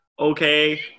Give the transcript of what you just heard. okay